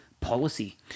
policy